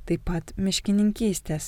taip pat miškininkystės